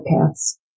paths